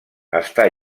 està